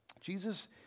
Jesus